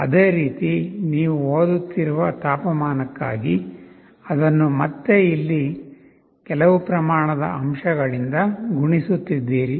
ಅದೇ ರೀತಿ ನೀವು ಓದುತ್ತಿರುವ ತಾಪಮಾನಕ್ಕಾಗಿಅದನ್ನು ಮತ್ತೆ ಇಲ್ಲಿ ಕೆಲವು ಪ್ರಮಾಣದ ಅಂಶಗಳಿಂದ ಗುಣಿಸುತ್ತಿದ್ದೀರಿ